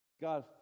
God